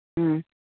ꯎꯝ